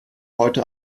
heute